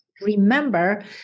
remember